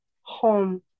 home